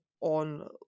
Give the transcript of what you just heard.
on